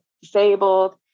disabled